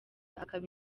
akaba